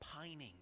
pining